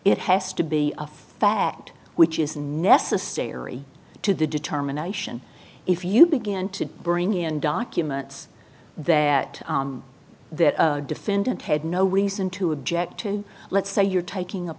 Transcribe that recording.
it has to be a fact which is necessary to the determination if you began to bring in documents that the defendant had no reason to object to let's say you're taking a